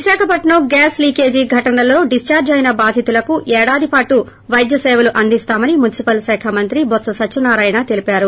Visakhapatnam gas leakage ఘటనలో డిశ్చార్లి అయిన బాధితులకు ఏడాది పాటు వైద్య సేవలు అందిస్తామని మునిసిపల్ శాఖ మంత్రి బొత్స సత్యనారాయణ తెలిపారు